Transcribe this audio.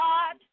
God